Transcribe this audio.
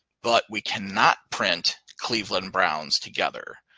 but we cannot print cleveland browns together.